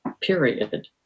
period